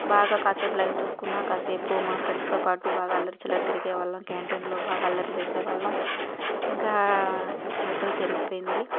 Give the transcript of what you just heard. బాగా కాసేపు లైవ్ చూసుకున్నా కాసేపు మా ఫ్రెండ్స్తో పాటు బాగా అల్లరచిల్లర తిరిగే వాళ్ళం క్యాంటీన్లో బాగా అల్లరి చేసే వాళ్ళం ఇంకా ఎటూ జరిగిపోయింది